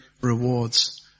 rewards